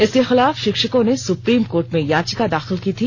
इसके खिलाफ शिक्षकों ने सुप्रीम कोर्ट में याचिका दाखिल की थी